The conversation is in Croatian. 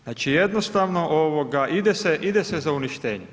Znači jednostavno, ide se za uništenjem.